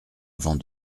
avant